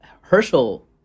Herschel